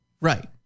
Right